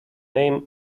name